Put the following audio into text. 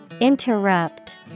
Interrupt